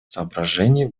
соображений